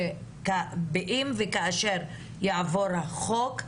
אם וכאשר יעבור החוק,